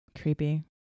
Creepy